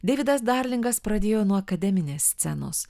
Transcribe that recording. deividas darlingas pradėjo nuo akademinės scenos